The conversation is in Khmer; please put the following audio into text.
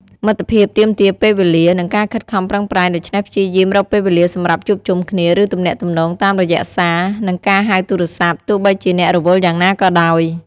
មិត្តភាពទាមទារពេលវេលា និងការខិតខំប្រឹងប្រែង ដូច្នេះព្យាយាមរកពេលវេលាសម្រាប់ជួបជុំគ្នា ឬទំនាក់ទំនងតាមរយៈសារ និងការហៅទូរស័ព្ទ ទោះបីជាអ្នករវល់យ៉ាងណាក៏ដោយ។